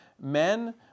men